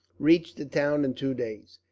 reached the town in two days.